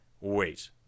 wait